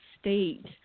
state